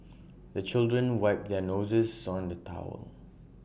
the children wipe their noses on the towel